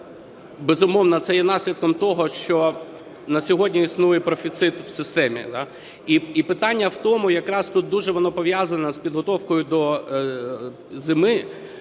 Безумовно, це є наслідком того, що на сьогодні існує профіцит в системі, і питання в тому, якраз тут дуже воно пов'язано з підготовкою до зими,